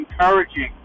encouraging